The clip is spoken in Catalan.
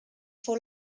fou